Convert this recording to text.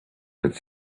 could